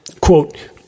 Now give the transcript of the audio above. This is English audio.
Quote